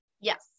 Yes